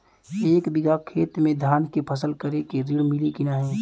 एक बिघा खेत मे धान के फसल करे के ऋण मिली की नाही?